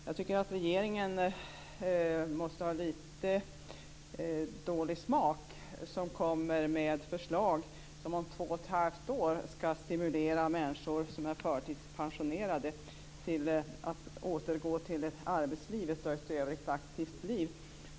Jag tycker att regeringen måste ha litet dålig smak som kommer med förslag som om två och ett halvt år skall stimulera förtidspensionerade människor att återgå till arbetslivet och ett i övrigt aktivt liv.